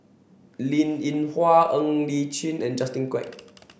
Linn In Hua Ng Li Chin and Justin Quek